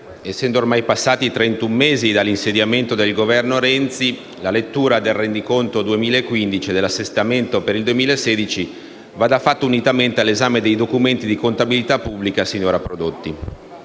essendo ormai passati trentuno mesi dall'insediamento del Governo Renzi, la lettura del Rendiconto per il 2015 e dell'Assestamento per il 2016 vada fatta unitamente all'esame dei documenti di contabilità pubblica sinora prodotti.